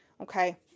Okay